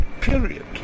period